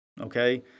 Okay